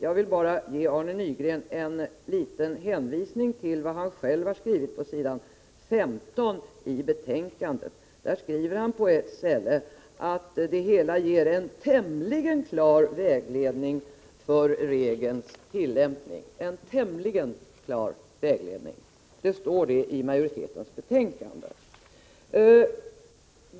Jag vill bara ge Arne Nygren en liten hänvisning till vad han själv har skrivit på s. 15 i betänkandet, där det står på ett ställe att det hela ger ”en tämligen klar vägledning för regelns tillämpning” — en tämligen klar vägledning!